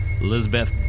Elizabeth